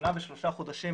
שנה ושלושה חודשים,